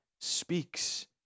speaks